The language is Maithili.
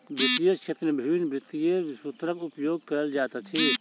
वित्तीय क्षेत्र में विभिन्न वित्तीय सूत्रक उपयोग कयल जाइत अछि